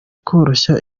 koroshya